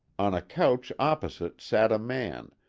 on a couch opposite sat a man,